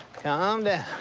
calm down.